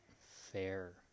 fair